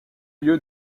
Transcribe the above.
lieu